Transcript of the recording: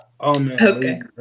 Okay